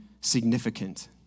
significant